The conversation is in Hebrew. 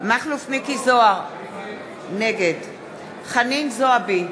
מכלוף מיקי זוהר, נגד חנין זועבי,